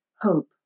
hope